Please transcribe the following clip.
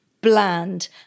bland